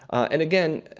and, again,